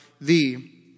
thee